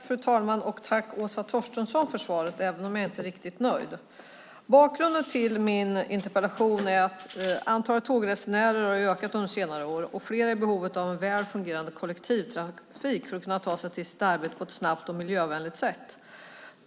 Fru talman! Jag tackar Åsa Torstensson för svaret, även om jag inte är riktigt nöjd. Bakgrunden till min interpellation är att antalet tågresenärer har ökat under senare år, och fler är i behov av en väl fungerande kollektivtrafik för att kunna ta sig till sitt arbete på ett snabbt och miljövänligt sätt.